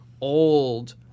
old